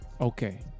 okay